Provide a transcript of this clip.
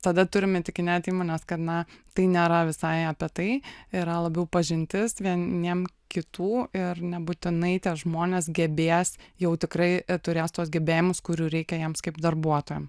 tada turime įtikinėt įmones kad na tai nėra visai apie tai yra labiau pažintis vieniem kitų ir nebūtinai tie žmonės gebės jau tikrai e turės gebėjimus kurių reikia jiems kaip darbuotojam